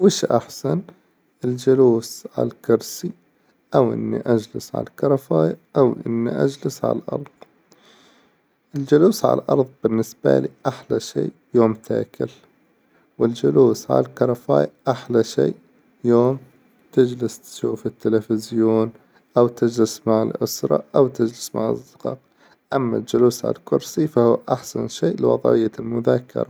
وش أحسن الجلوس على الكرسي أو إني أجلس على الكرفاية أو إني أجلس على الأرظ، الجلوس على الأرظ بالنسبة لي أحلى شيء يوم تاكل، والجلوس على الكرفاية أحلى شيء يوم تجلس تشوف التلفزيون أو تجلس مع الأسرة أو تجلس مع أصدقاء، أما الجلوس على الكرسي فهو أحسن شيء لوظعية المذاكرة.